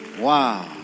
Wow